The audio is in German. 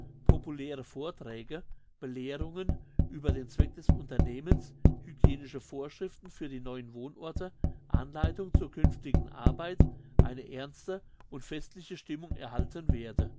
populäre vorträge belehrungen über den zweck des unternehmens hygienische vorschriften für die neuen wohnorte anleitungen zur künftigen arbeit eine ernste und festliche stimmung erhalten werde